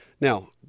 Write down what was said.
Now